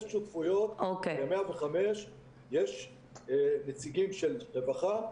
בדסק שותפויות ב-105 יש נציגים של רווחה,